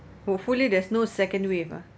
hopefully there's no second wave ah